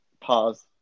pause